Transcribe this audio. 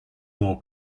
more